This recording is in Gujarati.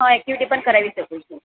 હાં એક્ટિવિટી પણ કરાવી શકું છું